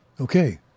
Okay